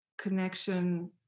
connection